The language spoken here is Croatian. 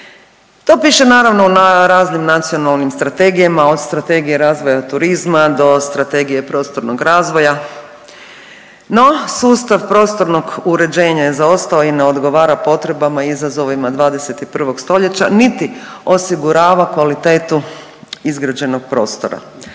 To piše, naravno, na raznim nacionalnim strategijama, od Strategije razvoja turizma do Strategije prostornog razvoja, no sustav prostornog uređenja je zaostao i ne odgovara potrebama i izazovima 21. st. niti osigurava kvalitetu izrađenog prostora.